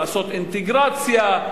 לעשות אינטגרציה,